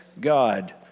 God